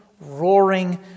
roaring